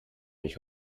mich